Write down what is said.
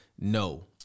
No